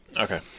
Okay